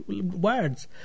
words